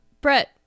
Brett